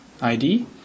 ID